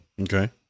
Okay